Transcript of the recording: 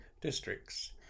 districts